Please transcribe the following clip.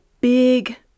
big